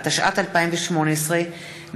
התשע"ט 2018,